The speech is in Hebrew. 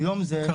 היום זה בבט"פ.